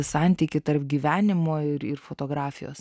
santykiai tarp gyvenimo ir ir fotografijos